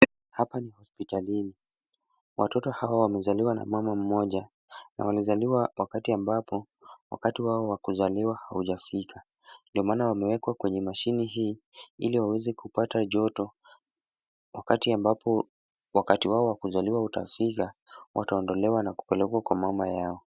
Hapa ni hospitalini, watoto hawa wamezaliwa na mama mmoja na wamezaliwa wakati ambapo wakati wao wa kuzaliwa haujafika ndio maana wamewekwa kwenye mashini hii ili waweze kupata joto. Wakati ambapo wakati wao wa kuzaliwa utafika wataondolewa na kupelekwa kwa mama yao.